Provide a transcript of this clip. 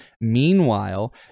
Meanwhile